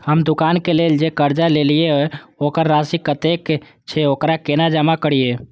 हम दुकान के लेल जे कर्जा लेलिए वकर राशि कतेक छे वकरा केना जमा करिए?